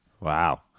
wow